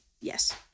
yes